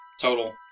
total